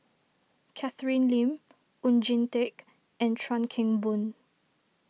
Catherine Lim Oon Jin Teik and Chuan Keng Boon